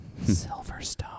Silverstone